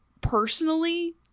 personally